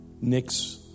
Nick's